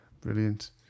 Brilliant